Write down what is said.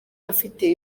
afite